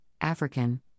African